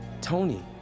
Tony